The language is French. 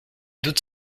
doutes